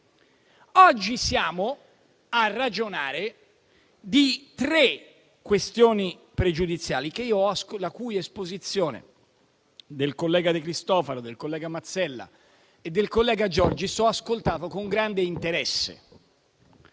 Oggi siamo a ragionare di tre questioni pregiudiziali, la cui esposizione da parte del collega De Cristofaro, del collega Mazzella e del collega Giorgis ho ascoltato con grande interesse,